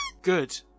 Good